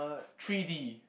three D